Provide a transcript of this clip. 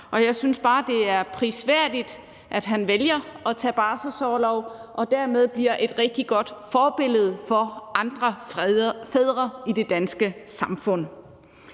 Og jeg synes bare, at det er prisværdigt, at han vælger at tage barselsorlov og dermed bliver et rigtig godt forbillede for andre fædre i det danske samfund.